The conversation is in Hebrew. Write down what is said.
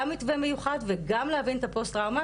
גם מתווה מיוחד וגם להבין את הפוסט טראומה